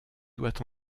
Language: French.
doit